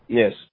Yes